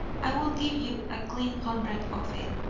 i will give you a clean hundred of it.